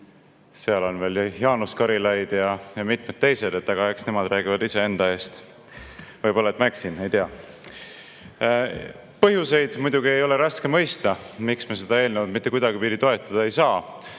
Seal on veel Jaanus Karilaid ja mitmed teised, aga eks nemad räägivad ise enda eest. Võib olla, et ma eksin, ei tea. Põhjuseid, miks me seda eelnõu mitte kuidagipidi toetada ei saa,